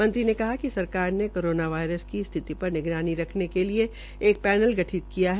मंत्री ने कहा कि सरकार ने कोरोना वायरस की स्थिति पर निगरानी रखने के लिए एक पैनल गठित किया है